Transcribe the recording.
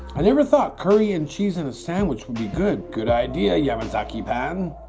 i never thought curry and cheese in a sandwich would be good. good idea yamazaki pan.